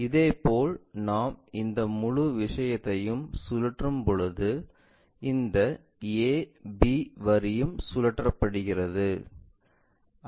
இதேபோல் நாம் இந்த முழு விஷயத்தையும் சுழற்றும்போது இந்த a b வரியும் சுழற்றப்படுகிறது